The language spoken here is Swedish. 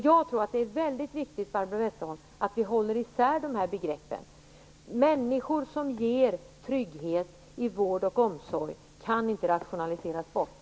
Jag tror att det är väldigt viktigt att vi håller isär de här begreppen. Människor som ger trygghet i vård och omsorg kan inte rationaliseras bort.